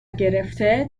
گرفته